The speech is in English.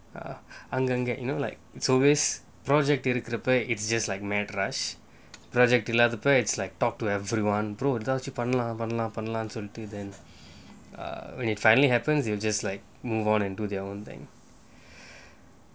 ah அங்கங்க:anganga you know like it's always project இருக்கரப்ப:irukkarappa it's just like mad rush project இல்லாதப்ப:illatappa it's like talk to everyone எதாச்சும் பண்ணலாம்:etachum pannalaam when it finally happens I'll just like move on and do their own thing